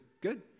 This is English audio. Good